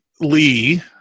Lee